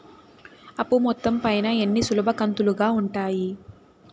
అప్పు మొత్తం పైన ఎన్ని సులభ కంతులుగా ఉంటాయి?